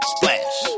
Splash